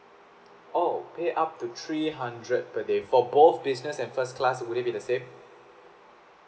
oh pay up to three hundred per day for both business and first class will it be the same